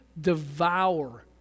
devour